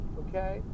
okay